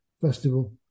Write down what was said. Festival